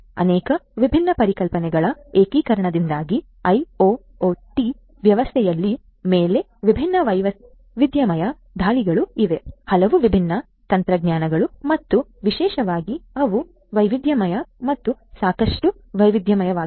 ಅನೇಕ ವಿಭಿನ್ನ ಪರಿಕಲ್ಪನೆಗಳ ಏಕೀಕರಣದಿಂದಾಗಿ ಐಒಒಟಿ ವ್ಯವಸ್ಥೆಯ ಮೇಲೆ ವಿಭಿನ್ನ ವೈವಿಧ್ಯಮಯ ದಾಳಿಗಳು ಇವೆ ಹಲವು ವಿಭಿನ್ನ ತಂತ್ರಜ್ಞಾನಗಳು ಮತ್ತು ವಿಶೇಷವಾಗಿ ಅವು ವೈವಿಧ್ಯಮಯ ಮತ್ತು ಸಾಕಷ್ಟು ವೈವಿಧ್ಯಮಯವಾಗಿವೆ